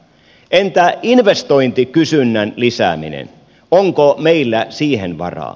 entä investointikysynnän lisääminen onko meillä siihen varaa